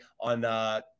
on –